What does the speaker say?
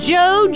Joe